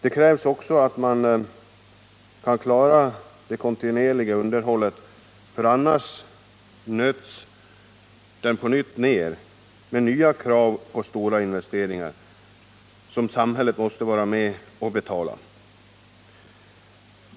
Man måste också kunna klara det kontinuerliga underhållet, ty annars nöts anläggningen ned med nya krav på stora investeringar som följd, och även här måste samhället i så fall vara med och betala.